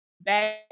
back